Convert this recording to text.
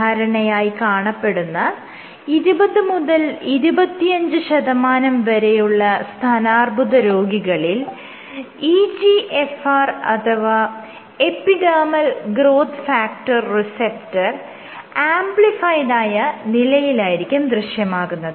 സാധാരണയായി കാണപ്പെടുന്ന 20 മുതൽ 25 ശതമാനം വരെയുള്ള സ്തനാർബുദ രോഗികളിൽ EGFR അഥവാ എപ്പിഡെർമൽ ഗ്രോത്ത് ഫാക്ടർ റിസപ്റ്റർ ആംപ്ലിഫൈഡായ നിലയിലായിരിക്കും ദൃശ്യമാകുന്നത്